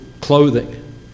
clothing